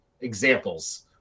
examples